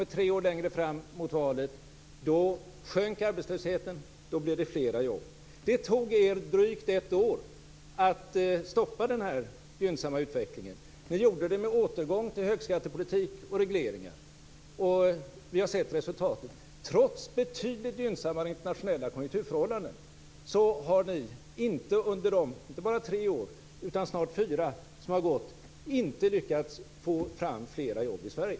Tre år senare, närmre valet, sjönk arbetslösheten och det fanns fler jobb. Det tog er drygt ett år att stoppa den gynnsamma utvecklingen. Ni gjorde det med hjälp av en återgång till högskattepolitik och regleringar. Vi har sett resultatet. Trots betydligt gynnsammare internationella konjunkturförhållanden har ni under de snart fyra år som har gått inte lyckats få fram fler jobb i Sverige.